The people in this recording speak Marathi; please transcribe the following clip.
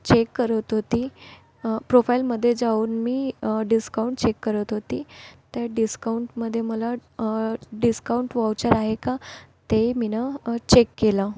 चेक करत होते प्रोफाईलमध्ये जाऊन मी डिस्काउंट चेक करत होते त्या डिस्काउंटमध्ये मला डिस्काउंट व्हाउचर आहे का ते मी चेक केलं